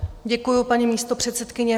Děkuji, paní místopředsedkyně.